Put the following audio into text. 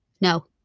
No